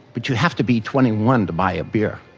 but you have to be twenty one to buy a beer.